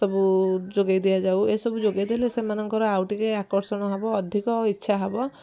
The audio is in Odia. ସବୁ ଯୋଗାଇ ଦିଆଯାଉ ଏ ସବୁ ଯୋଗାଇ ଦେଲେ ସେମାନଙ୍କର ଆଉ ଟିକେ ଆକର୍ଷଣ ହବ ଅଧିକ ଇଚ୍ଛା ହବ